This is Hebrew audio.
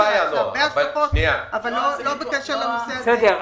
יש הרבה הבטחות, אבל לא בקשר לנושא הזה.